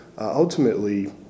ultimately